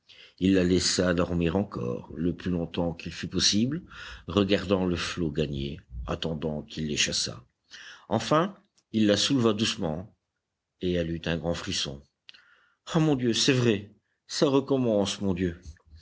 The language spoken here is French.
il la laissa dormir encore le plus longtemps qu'il fut possible regardant le flot gagner attendant qu'il les chassât enfin il la souleva doucement et elle eut un grand frisson ah mon dieu c'est vrai ça recommence mon dieu